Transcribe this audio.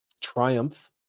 triumph